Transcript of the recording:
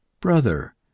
brother